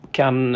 kan